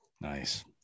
Nice